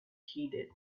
heeded